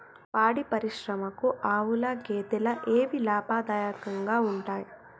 పాడి పరిశ్రమకు ఆవుల, గేదెల ఏవి లాభదాయకంగా ఉంటయ్?